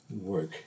work